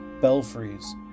Belfries